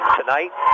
tonight